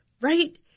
right